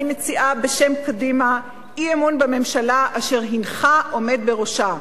אני מציעה בשם קדימה אי-אמון בממשלה אשר הינך עומד בראשה.